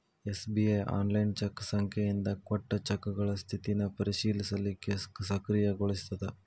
SBI online cheque ಸಂಖ್ಯೆಯಿಂದ ಕೊಟ್ಟ ಚೆಕ್ಗಳ ಸ್ಥಿತಿನ ಪರಿಶೇಲಿಸಲಿಕ್ಕೆ ಸಕ್ರಿಯಗೊಳಿಸ್ತದ